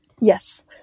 Yes